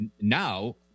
Now